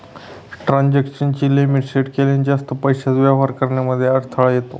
transaction ची limit set केल्याने, जास्त पैशांचा वापर करण्यामध्ये अडथळा येतो